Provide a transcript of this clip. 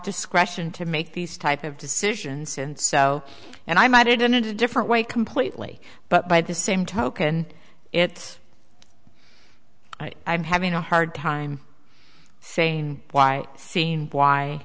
discretion to make these type of decisions since so and i might add in a different way completely but by the same token it's i'm having a hard time saying why